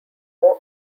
more